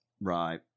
Right